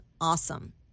Awesome